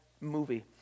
movie